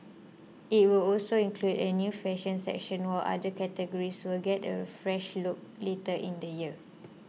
it will also include a new fashion section while other categories will get a fresh look later in the year